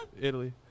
Italy